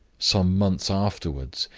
some months afterward,